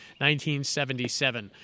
1977